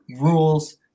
rules